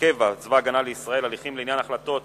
הקבע בצבא-הגנה לישראל (הליכים לעניין החלטות